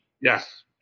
Yes